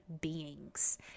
beings